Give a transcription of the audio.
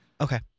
Okay